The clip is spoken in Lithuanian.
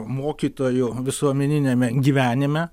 mokytojų visuomeniniame gyvenime